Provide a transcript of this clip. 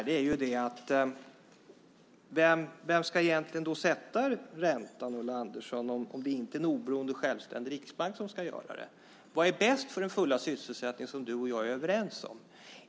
Det intressanta är vem som egentligen ska sätta räntan, Ulla Andersson, om det inte är en oberoende och självständig riksbank som ska göra det. Vad är bäst för den fulla sysselsättning som du och jag är överens om?